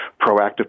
proactive